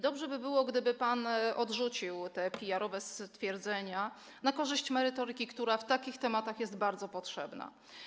Dobrze by było, gdyby pan odrzucił te PR-owskie stwierdzenia na korzyść merytoryki, która w takich tematach jest bardzo potrzebna.